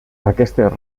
aquestes